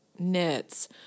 knits